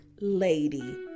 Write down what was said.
lady